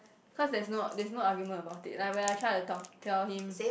cause there's no there's no argument about it like when I try to talk tell him